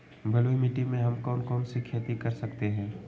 बलुई मिट्टी में हम कौन कौन सी खेती कर सकते हैँ?